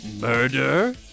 murder